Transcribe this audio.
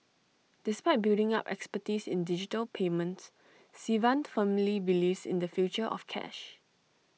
despite building up expertise in digital payments Sivan firmly believes in the future of cash